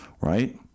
right